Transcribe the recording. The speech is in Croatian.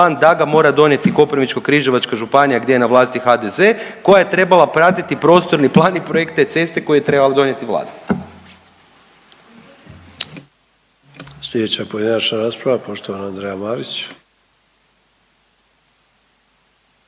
da ga mora donijeti Koprivničko-križevačka županija gdje je na vlasti HDZ koja je trebala pratiti prostorni plan i projekt te ceste koji je trebala donijeti Vlada.